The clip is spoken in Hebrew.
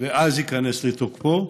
ואז הוא ייכנס לתוקפו,